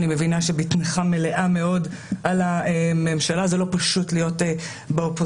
אני מבינה שבתמיכה מלאה מאוד על הממשלה זה לא פשוט להיות באופוזיציה.